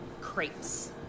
Crepes